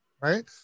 Right